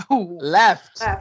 left